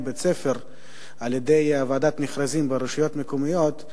בית-ספר על-ידי ועדת מכרזים ברשויות המקומיות,